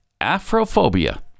Afrophobia